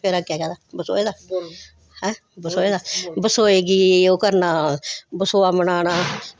हैं फिर अग्गें केह्दा बसोए दा हैं बसोए दा बसोए गी ओह् करना बसोआ मनाना